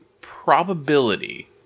probability